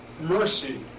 mercy